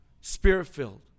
Spirit-filled